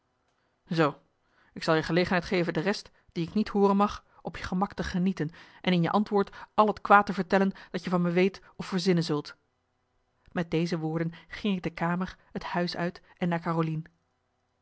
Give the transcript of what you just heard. zoo ik zal je gelegenheid geven de rest die ik niet hooren mag op je gemak te genieten en in je antwoord al het kwaad te vertellen dat je van me weet of verzinnen zult met deze woorden ging ik de kamer het huis uit en naar carolien